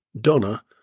Donna